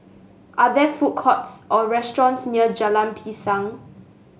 are there food courts or restaurants near Jalan Pisang